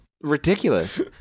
ridiculous